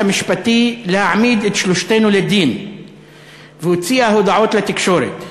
המשפטי להעמיד את שלושתנו לדין והוציאה הודעות לתקשורת.